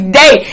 day